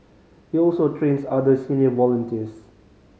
he also trains other senior volunteers